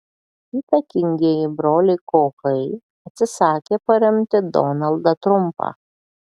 įtakingieji broliai kochai atsisakė paremti donaldą trumpą